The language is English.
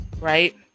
right